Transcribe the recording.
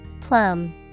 Plum